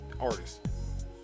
artists